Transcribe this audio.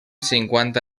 cinquanta